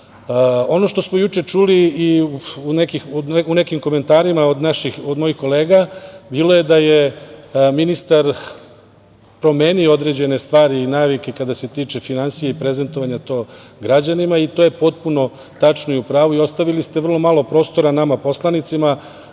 što smo juče čuli u nekim komentarima od mojih kolega bilo je da je ministar promenio određene stvari i navike kada se tiče finansija i prezentovanja to građanima i to je potpuno tačno i u pravu i ostavili ste vrlo malo prostora nama poslanicima.